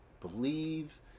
believe